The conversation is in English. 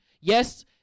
Yes